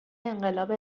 انقلاب